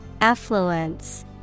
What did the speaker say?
Affluence